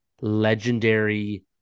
legendary